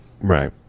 right